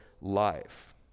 life